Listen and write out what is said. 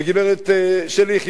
והגברת שלי יחימוביץ,